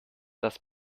das